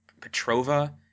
Petrova